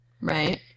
Right